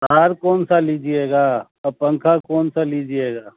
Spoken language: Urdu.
تار کون سا لیجیے گا اور پنکھا کون سا لیجیے گا